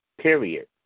period